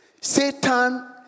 Satan